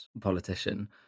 politician